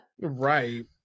Right